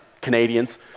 Canadians